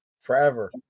Forever